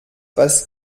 was